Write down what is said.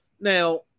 Now